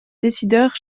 décideurs